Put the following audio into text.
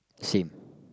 same